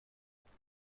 اونجا